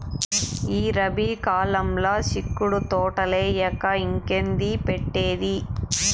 ఈ రబీ కాలంల సిక్కుడు తోటలేయక ఇంకేంది పెట్టేది